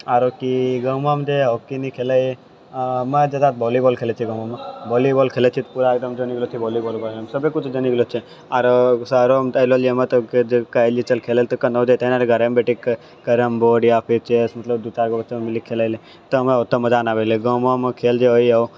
आरो की गाँवो मे जे हॉकी नहि खेलय आ हम जादा वोल्लीबॉल खेलय छियै गाँव मे वोल्लीबॉल खेलय छियै सभे कुछ जानी गेलो छियै आरो शहरो मे तऽ जब कहलियै चल खेलय लए तऽ घरे मे बैठी के कैरमबोर्ड या फिर चेस मतलब दू चार गो बच्चा मिली कऽ खेलय लियै तऽ ओतऽ मजा नहि आबै गाँवो मे खेल जे होय यऽ